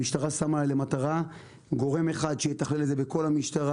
המשטרה שמה למטרה גורם אחד שיתכלל את זה בכל המשטרה.